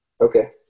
Okay